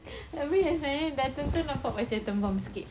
tapi yes mah eh bapa dia nampak demam sikit